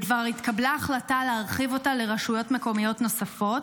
וכבר התקבלה החלטה להרחיב אותה לרשויות מקומיות נוספות.